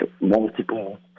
multiple